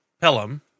Pelham